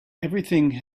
everything